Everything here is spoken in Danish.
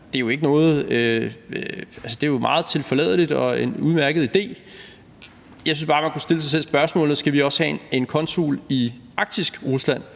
en konsul i Grønland. Og det er jo meget tilforladeligt og en udmærket idé. Jeg synes bare, man kan stille sig selv spørgsmålet: Skal vi også have en konsul i arktisk Rusland